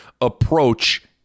approach